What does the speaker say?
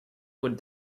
put